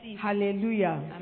Hallelujah